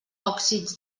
òxids